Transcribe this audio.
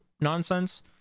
nonsense